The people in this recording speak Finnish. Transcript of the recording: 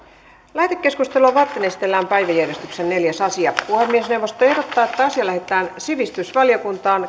lähetekeskustelua varten esitellään päiväjärjestyksen neljäs asia puhemiesneuvosto ehdottaa että asia lähetetään sivistysvaliokuntaan